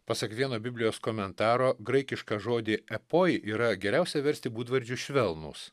pasak vieno biblijos komentaro graikišką žodį epoj yra geriausia versti būdvardžiu švelnūs